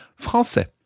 français